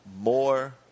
more